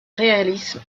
réalisme